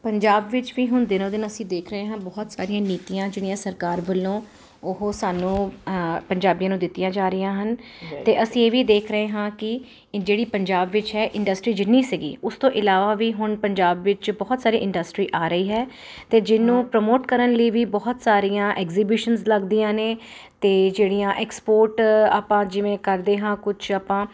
ਪੰਜਾਬ ਵਿੱਚ ਵੀ ਹੁਣ ਦਿਨੋਂ ਦਿਨ ਅਸੀਂ ਦੇਖ ਰਹੇ ਹਾਂ ਬਹੁਤ ਸਾਰੀਆਂ ਨੀਤੀਆਂ ਜਿਹੜੀਆਂ ਸਰਕਾਰ ਵੱਲੋਂ ਉਹ ਸਾਨੂੰ ਪੰਜਾਬੀਆਂ ਨੂੰ ਦਿੱਤੀਆਂ ਜਾ ਰਹੀਆਂ ਹਨ ਅਤੇ ਅਸੀਂ ਇਹ ਵੀ ਦੇਖ ਰਹੇ ਹਾਂ ਕਿ ਜਿਹੜੀ ਪੰਜਾਬ ਵਿੱਚ ਹੈ ਇੰਡਸਟਰੀ ਜਿੰਨੀ ਸੀਗੀ ਉਸ ਤੋਂ ਇਲਾਵਾ ਵੀ ਹੁਣ ਪੰਜਾਬ ਵਿੱਚ ਬਹੁਤ ਸਾਰੀ ਇੰਡਸਟਰੀ ਆ ਰਹੀ ਹੈ ਅਤੇ ਜਿਹਨੂੰ ਪ੍ਰਮੋਟ ਕਰਨ ਲਈ ਵੀ ਬਹੁਤ ਸਾਰੀਆਂ ਐਗਜੀਬਿਸ਼ਨ ਲੱਗਦੀਆਂ ਨੇ ਅਤੇ ਜਿਹੜੀਆਂ ਐਕਸਪੋਰਟ ਆਪਾਂ ਜਿਵੇਂ ਕਰਦੇ ਹਾਂ ਕੁਝ ਆਪਾਂ